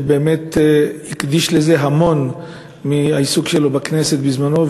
שבאמת הקדיש לזה המון מהעיסוק שלו בכנסת בזמנו,